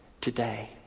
today